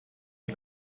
die